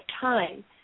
time